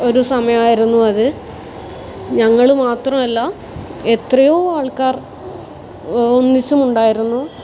ഒരു സമയമായിരുന്നു അത് ഞങ്ങൾ മാത്രമല്ല എത്രയോ ആൾക്കാർ ഒന്നിച്ചുമുണ്ടായിരുന്നു